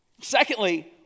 Secondly